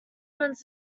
runs